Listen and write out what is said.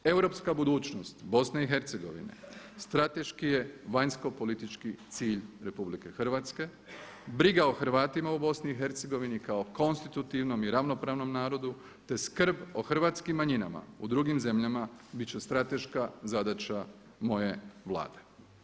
Europska budućnost BiH strateški je vanjskopolitički cilj RH, briga o Hrvatima u BiH kao konstitutivnom i ravnopravnom narodu, te skrb o hrvatskim manjinama u drugim zemljama bit će strateška zadaća moje Vlade.